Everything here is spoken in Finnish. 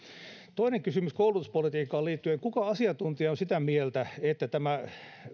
toinen kysymys koulutuspolitiikkaan liittyen kuka asiantuntija on sitä mieltä että tämä